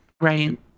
Right